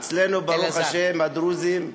אצלנו הדרוזים,